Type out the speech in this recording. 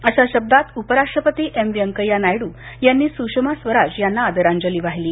अशा शब्दांत उपराष्ट्रपती एम वैंकय्या नायडू यांनी सुषमा स्वराज यांना आदरांजली वाहिली